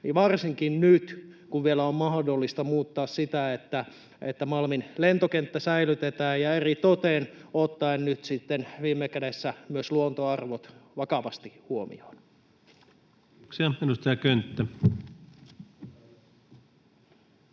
varsinkin nyt kun vielä on mahdollista muuttaa sitä, niin että Malmin lentokenttä säilytetään, ja eritoten ottaen nyt sitten viime kädessä myös luontoarvot vakavasti huomioon. [Speech